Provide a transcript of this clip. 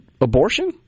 abortion